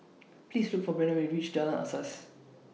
Please Look For Branden when YOU REACH Jalan Asas